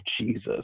Jesus